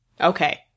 Okay